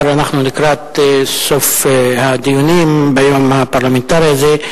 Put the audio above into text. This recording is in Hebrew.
אם כבר אנחנו לקראת סוף הדיונים ביום הפרלמנטרי הזה,